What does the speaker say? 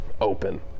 open